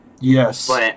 Yes